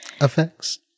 effects